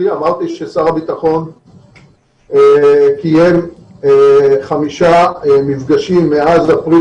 אמרתי ששר הביטחון קיים חמישה מפגשים מאז אפריל